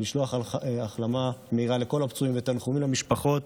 לשלוח החלמה מהירה לכל הפצועים ותנחומים למשפחות,